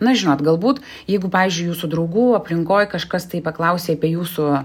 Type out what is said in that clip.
na žinot galbūt jeigu pavyzdžiui jūsų draugų aplinkoj kažkas tai paklausė apie jūsų